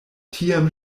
tiam